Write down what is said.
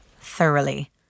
Thoroughly